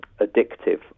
addictive